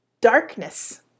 darkness